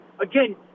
again